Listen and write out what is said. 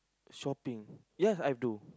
shopping yes I do